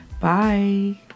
Bye